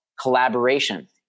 collaboration